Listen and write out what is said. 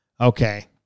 Okay